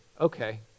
okay